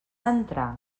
entrar